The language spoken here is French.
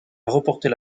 reporter